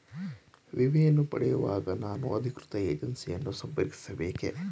ವಿಮೆಯನ್ನು ಪಡೆಯುವಾಗ ನಾನು ಅಧಿಕೃತ ಏಜೆನ್ಸಿ ಯನ್ನು ಸಂಪರ್ಕಿಸ ಬೇಕೇ?